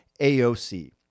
AOC